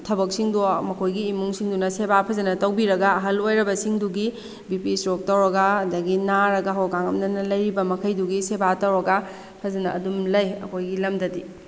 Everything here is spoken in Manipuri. ꯊꯕꯛꯁꯤꯡꯗꯣ ꯃꯈꯣꯏꯒꯤ ꯏꯃꯨꯡꯁꯤꯡꯗꯨꯅ ꯁꯦꯕꯥ ꯐꯖꯟꯅ ꯇꯧꯕꯤꯔꯒꯥ ꯑꯍꯜ ꯑꯣꯏꯔꯕꯁꯤꯡꯗꯨꯒꯤ ꯕꯤ ꯄꯤ ꯁ꯭ꯇꯔꯣꯛ ꯇꯧꯔꯒ ꯑꯗꯒꯤ ꯅꯥꯔꯒ ꯍꯧꯒꯠ ꯀꯥꯡꯈꯠ ꯉꯝꯗꯅ ꯂꯩꯔꯤꯕ ꯃꯈꯩꯗꯨꯒꯤ ꯁꯦꯕꯥ ꯇꯧꯔꯒ ꯐꯖꯅ ꯑꯗꯨꯝ ꯂꯩ ꯑꯩꯈꯣꯏꯒꯤ ꯂꯝꯗꯗꯤ